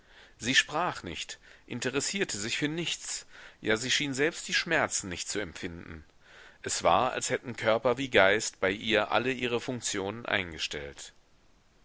sie sprach nicht interessierte sich für nichts ja sie schien selbst die schmerzen nicht zu empfinden es war als hätten körper wie geist bei ihr alle ihre funktionen eingestellt